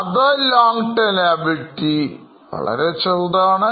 Other long term liabilities വളരെ ചെറുതാണ്